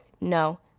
No